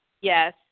Yes